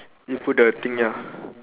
you put the thing ya